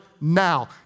now